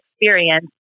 experience